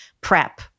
prep